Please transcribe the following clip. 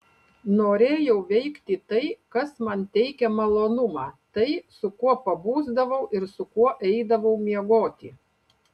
norėjau veikti tai kas man teikia malonumą tai su kuo pabusdavau ir su kuo eidavau miegoti